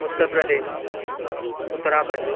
Uttar Pradesh Uttarakhand